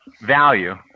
value